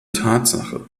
tatsache